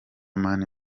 mani